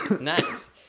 Nice